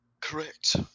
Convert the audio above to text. Correct